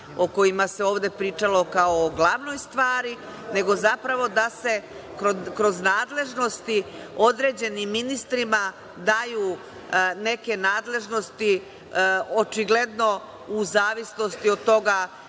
o kojima se ovde pričalo kao o glavnoj stvari, nego zapravo da se kroz nadležnosti određenim ministrima daju neke nadležnosti, očigledno u zavisnosti od toga